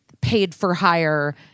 paid-for-hire